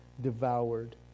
devoured